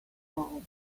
all